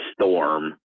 storm